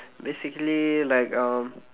basically like um